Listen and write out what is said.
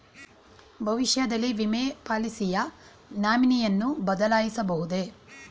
ಭವಿಷ್ಯದಲ್ಲಿ ವಿಮೆ ಪಾಲಿಸಿಯ ನಾಮಿನಿಯನ್ನು ಬದಲಾಯಿಸಬಹುದೇ?